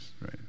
right